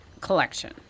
collection